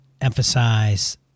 emphasize